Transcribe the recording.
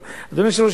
אדוני היושב-ראש,